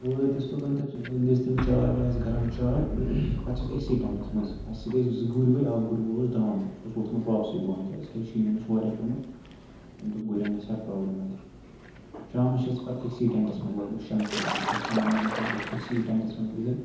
وٲتۍ أسۍ توٚتَن تَتہِ دِژ تٔمۍ چاے واے اَسہِ گرم چاے پَتہٕ چھِ أسۍ أکسٕے ٹٮ۪نٛٹَس منٛز اَسہِ سۭتۍ ٲسۍ زٕ گُرۍ وٲلۍ اَکھ گُر وول اوس درٛامُت سُہ اوس ووٚتھمُت واپسٕے بۄن کیٛازِکہِ شیٖن اوس واریاہ پیوٚمُت تٔمۍ دوٚپ گُرٮ۪ن گژھِ ہے پرٛابلِم اَتہِ شامَس چھِ پَتہٕ أسۍ أکسٕے ٹٮ۪نٛٹَس منٛز لگ بگ شےٚ نفر بِہِتھ سُہ اوس سٮ۪وَن مین ٹٮ۪نٛٹ أسۍ چھِ أکسٕے ٹٮ۪نٛٹَس منٛز بِہِتھ